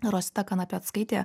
rosita kanapeckaitė